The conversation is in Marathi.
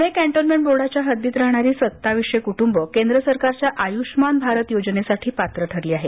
पुणे कॅन्टोन्मेंट बोर्डाच्या हद्दीत राहणारी सत्तावीसशे कुटुंब केंद्र सरकारच्या आयुष्यमान भारत योजनेसाठी पात्र ठरली आहेत